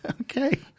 Okay